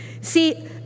See